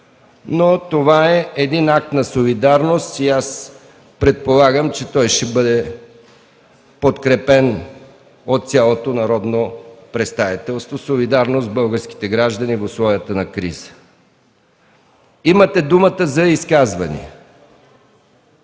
Но това е един акт на солидарност и предполагам, че ще бъде подкрепен от цялото народно представителство, солидарно с българските граждани в условията на криза. Имате думата за изказвания.